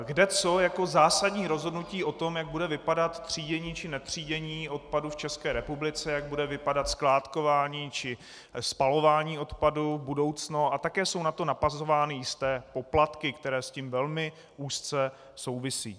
Kde co jako zásadní rozhodnutí o tom, jak bude vypadat třídění či netřídění odpadu v České republice, jak bude vypadat skládkování či spalování odpadu v budoucnu, a také jsou na to napasovány jisté poplatky, které s tím velmi úzce souvisí.